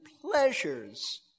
pleasures